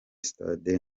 sitade